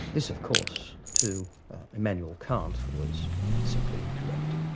this of course to immanuel kant was simply incorrect.